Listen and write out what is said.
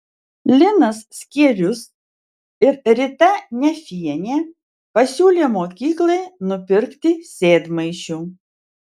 linas skierius ir rita nefienė pasiūlė mokyklai nupirkti sėdmaišių